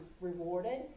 rewarded